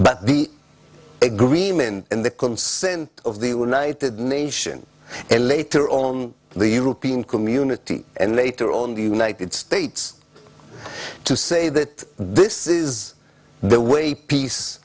but the agreement in the consent of the united nations a later on the european community and later on the united states to say that this is the way peace